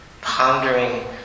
Pondering